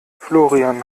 florian